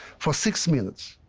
for six minutes,